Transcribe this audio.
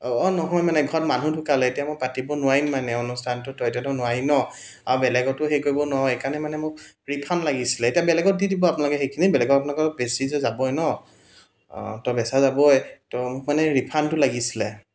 অঁ নহয় মানে ঘৰত মানুহ ঢুকালে এতিয়া মই পাতিব নোৱাৰিম মানে অনুষ্ঠানটো তো এতিয়াতো নোৱাৰিম ন আৰু বেলেগতো হেৰি কৰিব নোৱাৰোঁ এইকাৰণে মানে মোক ৰিফাণ্ড লাগিছিলে এতিয়া বেলেগত দি দিব আপোনালোকে সেইখিনি বেলেগৰ আপোনালোকৰ বেচিতো যাবই ন তো বেচা যাবই তো মানে ৰিফাণ্ডটো লাগিছিলে